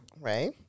Right